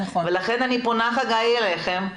ולכן אני פונה אליכם,